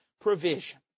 provision